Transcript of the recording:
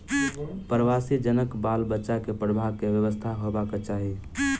प्रवासी जनक बाल बच्चा के पढ़बाक व्यवस्था होयबाक चाही